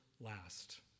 last